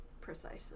precisely